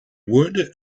wood